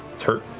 it's hurt.